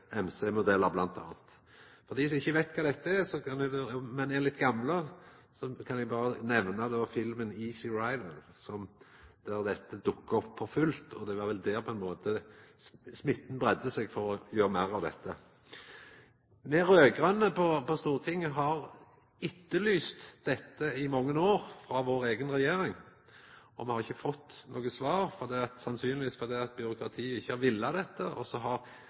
For dei som ikkje veit kva dette er, og er litt gamle, kan eg berre nemna filmen «Easy Rider», der dette dukka opp for fullt. Det var vel derfrå smitten breidde seg for å gjera meir av dette. Me raud-grøne på Stortinget har etterlyst dette i mange år frå vår eiga regjering. Me har ikkje fått noko svar, sannsynlegvis fordi byråkratiet ikkje har vilja dette, og så har saka vore for lita til at statsrådar og sånt har slått i bordet og sagt at no må me få til dette,